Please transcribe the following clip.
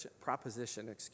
proposition